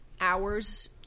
hours